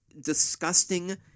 disgusting